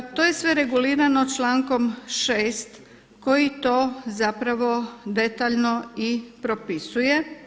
To je sve regulirano člankom 6. koji to zapravo detaljno i propisuje.